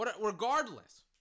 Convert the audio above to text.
Regardless